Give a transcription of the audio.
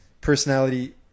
personality